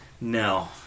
No